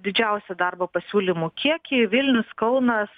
didžiausią darbo pasiūlymų kiekį vilnius kaunas